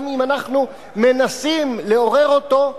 גם אם אנחנו מנסים לעורר אותו,